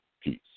Peace